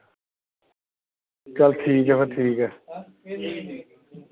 चल ठीक ऐ फिर ठीक ऐ